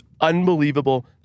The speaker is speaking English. unbelievable